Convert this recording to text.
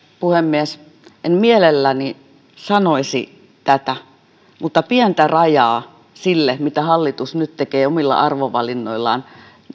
puhemies en mielelläni sanoisi tätä mutta pientä rajaa sille mitä hallitus nyt tekee omilla arvovalinnoillaan